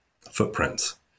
footprints